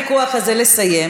צודקת.